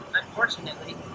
unfortunately